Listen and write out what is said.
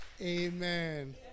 Amen